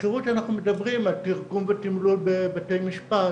ותזכרו שאנחנו מדברים על תרגום ותימלול בבתי משפט,